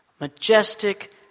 majestic